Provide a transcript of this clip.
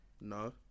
No